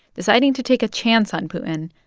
deciding to take a chance on putin,